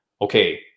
Okay